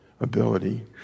ability